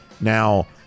now